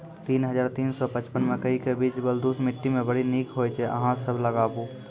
तीन हज़ार तीन सौ पचपन मकई के बीज बलधुस मिट्टी मे बड़ी निक होई छै अहाँ सब लगाबु?